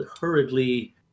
hurriedly